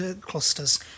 clusters